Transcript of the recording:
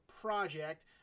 project